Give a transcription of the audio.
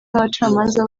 n’abacamanza